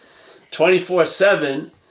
24-7